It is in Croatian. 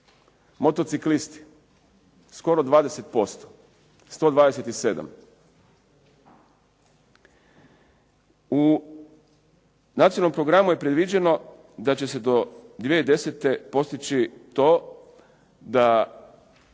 Motociklisti skoro 20%, 127. U nacionalnom programu je predviđeno da će se do 2010. postići to da